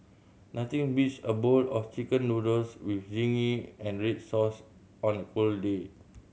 nothing beats a bowl of Chicken Noodles with zingy and red sauce on a cold day